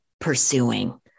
pursuing